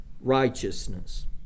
righteousness